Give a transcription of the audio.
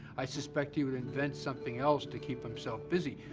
i suspect he would invent something else to keep himself busy,